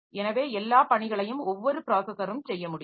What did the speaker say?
எனவே எல்லா பணிகளையும் ஒவ்வொரு ப்ராஸஸரும் செய்ய முடியும்